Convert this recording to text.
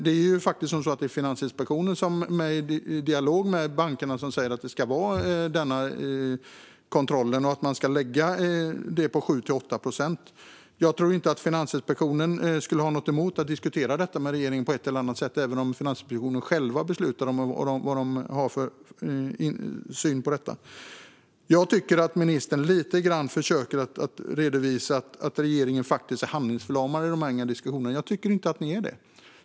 Det är faktiskt Finansinspektionen som i dialog med bankerna säger att det ska vara den kontrollen och att man ska lägga det på 7-8 procent. Jag tror inte att Finansinspektionen skulle ha något emot att på ett eller annat sätt diskutera detta med regeringen, även om Finansinspektionen själv beslutar om vad de har för syn på detta. Jag tycker att ministern lite grann försöker redovisa att regeringen är handlingsförlamad i dessa diskussioner. Jag tycker inte att ni är det.